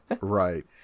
Right